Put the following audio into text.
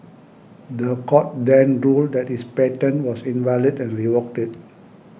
the court then ruled that his patent was invalid and revoked it